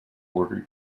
order